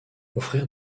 offrir